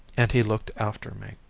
and he looked after me.